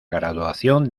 graduación